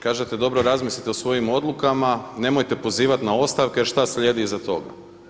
Kažete dobro razmislite o svojim odlukama, nemojte pozivati na ostavke, jer šta slijedi nakon toga.